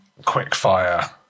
Quickfire